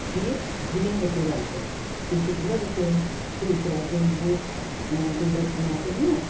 फिर झूले में बच्चे को डालते हैं फिर उसको झूला देते हैं फिर उसके बाद वो जो बनाते हैं ना